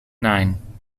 nine